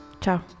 Ciao